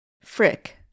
Frick